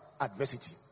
Adversity